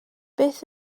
beth